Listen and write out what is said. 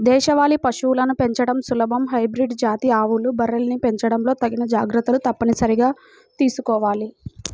దేశవాళీ పశువులను పెంచడం సులభం, హైబ్రిడ్ జాతి ఆవులు, బర్రెల్ని పెంచడంలో తగిన జాగర్తలు తప్పనిసరిగా తీసుకోవాల